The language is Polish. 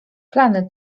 plany